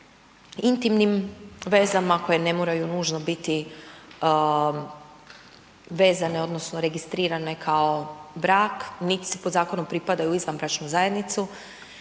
intimnim vezama koje ne moraju nužno biti vezane odnosno registrirane kao brak niti se po zakonu pripadaju u izvanbračnu zajednicu,